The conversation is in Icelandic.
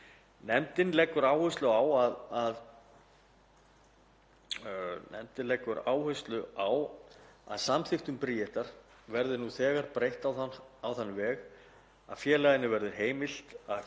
Nefndin leggur áherslu á að samþykktum Bríetar verði nú þegar breytt á þann veg að félaginu verði heimilt að